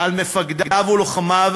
על מפקדיו ולוחמיו,